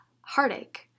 heartache